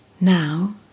Now